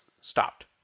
stopped